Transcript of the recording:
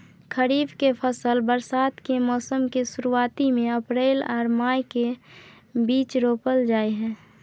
खरीफ के फसल बरसात के मौसम के शुरुआती में अप्रैल आर मई के बीच रोपल जाय हय